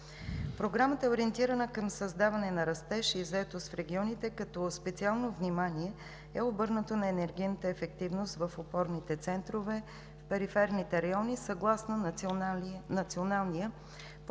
Програмата е ориентирана към създаване на растеж и заетост в регионите, като специално внимание е обърнато на енергийната ефективност в опорните центрове в периферните райони, съгласно Националния полицентричен